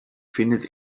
findet